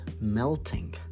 melting